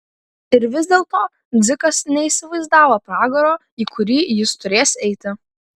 ir vis dėlto dzikas neįsivaizdavo pragaro į kurį jis turės eiti